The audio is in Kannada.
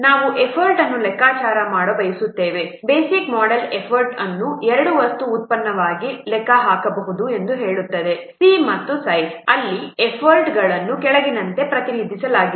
ನಾವು ಎಫರ್ಟ್ ಅನ್ನು ಲೆಕ್ಕಾಚಾರ ಮಾಡಲು ಬಯಸುತ್ತೇವೆ ಬೇಸಿಕ್ ಮೊಡೆಲ್ ಎಫರ್ಟ್ ಅನ್ನು 2 ವಸ್ತುಗಳ ಉತ್ಪನ್ನವಾಗಿ ಲೆಕ್ಕ ಹಾಕಬಹುದು ಎಂದು ಹೇಳುತ್ತದೆ c ಮತ್ತು ಸೈಜ್ ಅಲ್ಲಿ ಎಫರ್ಟ್ ಅನ್ನು ಕೆಳಗಿನಂತೆ ಪ್ರತಿನಿಧಿಸಲಾಗುತ್ತದೆ